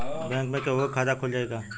Bank में केहूओ के खाता खुल जाई का?